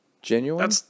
Genuine